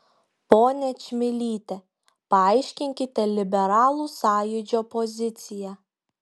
ponia čmilyte paaiškinkite liberalų sąjūdžio poziciją